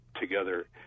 together